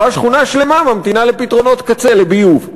ואז שכונה שלמה ממתינה לפתרונות קצה לביוב.